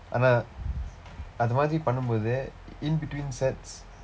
ஆனா அது மாதிரி பண்ண போது:aanaa athu maathiri panna poothu in between sets